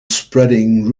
spreading